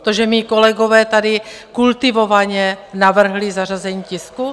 To, že mí kolegové tady kultivovaně navrhli zařazení tisku?